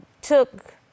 took